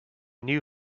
knew